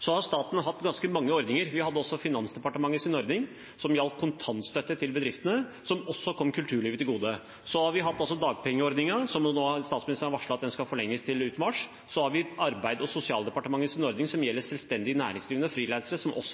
Så har staten hatt ganske mange ordninger. Vi hadde også Finansdepartementets ordning, som gjaldt kontantstøtte til bedriftene, og som også kom kulturlivet til gode. Så har vi altså hatt dagpengeordningen, som statsministeren nå har varslet skal forlenges til ut mars. Så har vi Arbeids- og sosialdepartementets ordning for selvstendig næringsdrivende og frilansere, som også